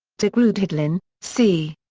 de groot-hedlin, c.